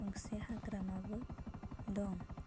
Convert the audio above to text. गंसे हाग्रामाबो दं